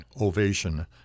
ovation